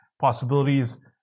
possibilities